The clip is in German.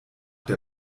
der